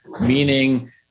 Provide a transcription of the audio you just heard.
meaning